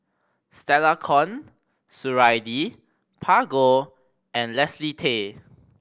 Stella Kon Suradi Parjo and Leslie Tay